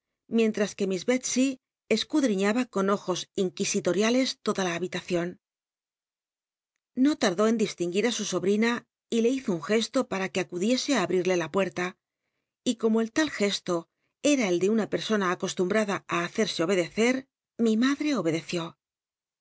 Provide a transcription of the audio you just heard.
mientras c uc miss bclsey cscud iíiaba con ojos inquisilorialcs loda la habilacion no lrudó en l litilingui r á su sobrina y le bizo un gesto para c ue acudiese á abrirle la puerta y como el tal gesto era el de una persona acostumbrada á hacc sc oijcdcce mi madrc obedeció